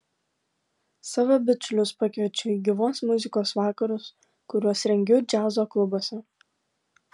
savo bičiulius pakviečiu į gyvos muzikos vakarus kuriuos rengiu džiazo klubuose